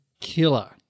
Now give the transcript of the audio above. killer